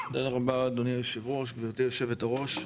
תודה רבה אדוני היושב-ראש, גברתי היושבת-ראש,